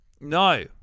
No